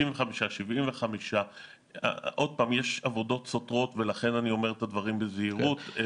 65% 75%. יש עבודות סותרות ולכן אני אומר את הדברים בזהירות.